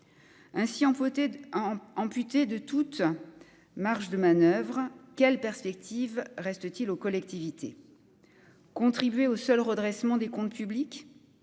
empoté amputé de toute marge de manoeuvre, quelles perspectives reste-t-il aux collectivités contribuer au seul redressement des comptes publics,